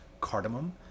cardamom